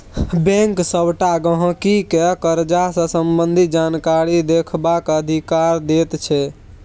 bank सबटा गहिंकी केँ करजा सँ संबंधित जानकारी देखबाक अधिकार दैत छै